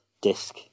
disc